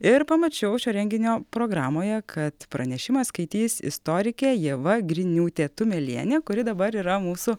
ir pamačiau šio renginio programoje kad pranešimą skaitys istorikė ieva griniūtė tumelienė kuri dabar yra mūsų